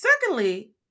Secondly